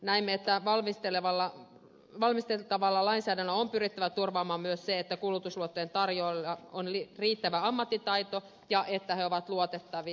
näimme että valmisteltavalla lainsäädännöllä on pyrittävä turvaamaan myös se että kulutusluottojen tarjoajilla on riittävä ammattitaito ja että he ovat luotettavia